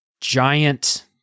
giant